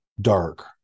dark